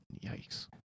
Yikes